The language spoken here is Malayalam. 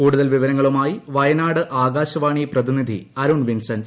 കൂടുതൽ വിവരങ്ങളുമായി വയനാട് ആകാശവാണി പ്രതിനിധി അരുൺ വിൻസന്റ്